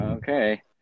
okay